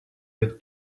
with